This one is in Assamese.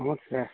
নমস্কাৰ